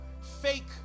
fake